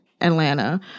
Atlanta